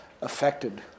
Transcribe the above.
affected